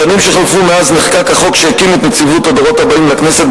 בשנים שחלפו מאז נחקק החוק שהקים את נציבות הדורות הבאים לכנסת,